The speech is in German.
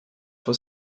von